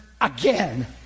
again